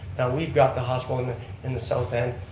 we've got the hospital in the in the south end,